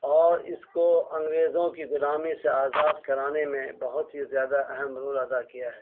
اور اس کو انگریزوں کی غلامی سے آزاد کرانے میں بہت ہی زیادہ اہم رول ادا کیا ہے